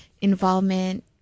involvement